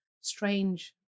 strange